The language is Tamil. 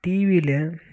டிவியில்